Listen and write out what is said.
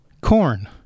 corn